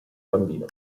bambino